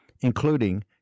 including